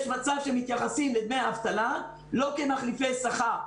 יש מצב שמתייחסים לדמי האבטלה לא כמחליפי שכר.